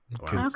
Okay